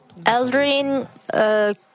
Eldrin